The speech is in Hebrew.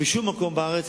ובשום מקום בארץ.